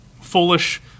foolish